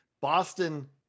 Boston